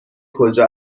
کجا